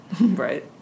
Right